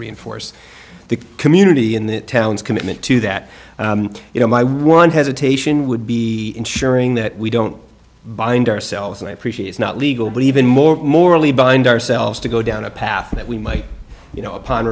reinforce the community in the town's commitment to that you know my one hesitation would be ensuring that we don't bind ourselves and appreciates not legal but even more morally bind ourselves to go down a path that we might you know upon